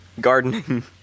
Gardening